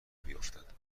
بیفتد